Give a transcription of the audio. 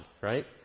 Right